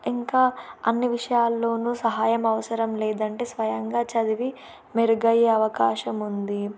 ఇంకా అన్ని విషయాల్లోనూ సహాయం అవసరం లేదంటే స్వయంగా చదివి మెరుగయే అవకాశం ఉంది